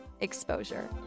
Exposure